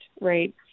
right